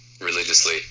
religiously